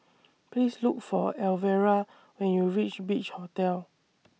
Please Look For Elvera when YOU REACH Beach Hotel